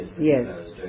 Yes